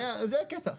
זה הקטע.